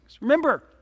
Remember